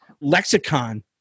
lexicon